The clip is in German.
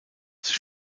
sich